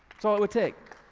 it's all it would take.